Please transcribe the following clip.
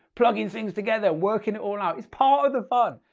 plugging things together, working it all out, is part of the fun.